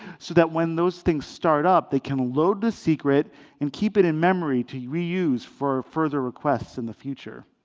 so that when those things start up, they can load the secret and keep it in memory to reuse for further requests in the future.